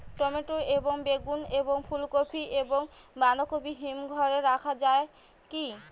Tomato এবং বেগুন এবং ফুলকপি এবং বাঁধাকপি হিমঘরে রাখা যায় কি?